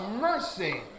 mercy